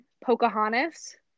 Pocahontas